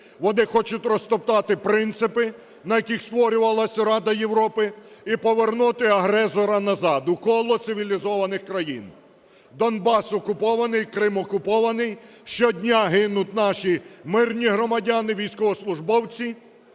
вони хочуть розтоптати принципи, на яких створювалася Рада Європи і повернути агресора назад у коло цивілізованих країн. Донбас окупований, Крим окупований, щодня гинуть наші мирні громадяни, військовослужбовці,